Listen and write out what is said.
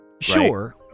Sure